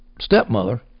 stepmother